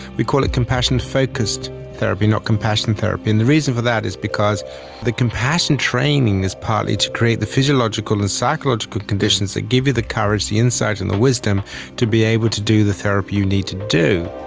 we call it compassion focused therapy, not compassion therapy, and the reason for that is because the compassion training is partly to create the physiological and psychological conditions that give you the courage, the insight and the wisdom to be able to do the therapy you need to do.